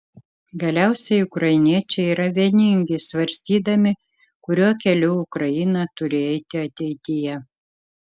galiausiai ukrainiečiai yra vieningi svarstydami kuriuo keliu ukraina turi eiti ateityje